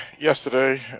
yesterday